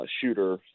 Shooter